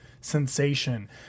Sensation